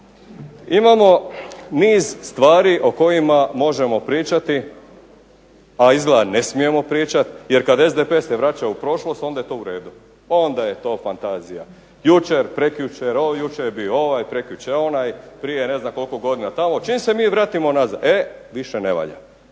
Imamo niz stvari o kojima možemo pričati a izgleda ne smijemo pričat jer kad SDP se vraća u prošlost onda je to u redu, onda je to fantazija. Jučer, prekjučer, prije ne znam koliko godina tamo, čim se mi vratimo nazad e više ne valja.